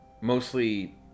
mostly